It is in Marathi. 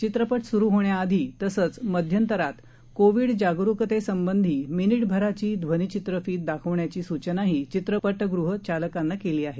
चित्रपट स्रु होण्याआधी तसंच मध्यंतरात कोविड जागरुकतेसंबंधी मिनिटभराची ध्वनिचित्रफीत दाखवण्याची सूचनाही चित्रपटगृह चालकांना केली आहे